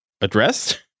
addressed